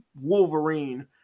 Wolverine